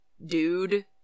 Dude